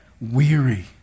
weary